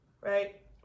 right